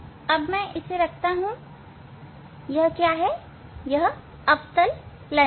अब मैं इसे रखता हूं यह अवतल लेंस है